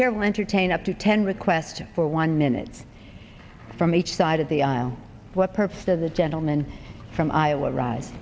terrible entertain up to ten request for one minute from each side of the aisle what purpose does the gentleman from iowa